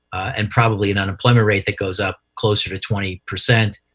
and probably an unemployment rate that goes up closer to twenty percent.